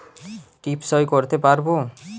টিপ সই করতে পারবো?